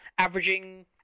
Averaging